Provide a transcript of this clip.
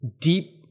deep